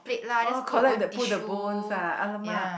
oh collect the put the bones ah alamak